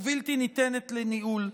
ובלתי ניתנת לניהול.